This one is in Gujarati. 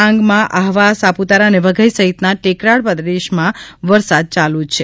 ડાંગમાં આહવા સાપુતારા અને વઘઇ સહિતના ટેકરાળ પ્રદેશમાં વરસાદ ચાલુ જ છે